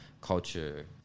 culture